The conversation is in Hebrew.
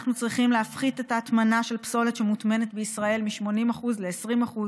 אנחנו צריכים להפחית את ההטמנה של פסולת בישראל מ-80% ל-20%,